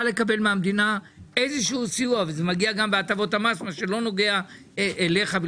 זה לא חינוך פרטי.